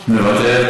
מוותר.